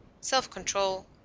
Self-control